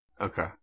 Okay